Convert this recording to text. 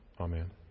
Amen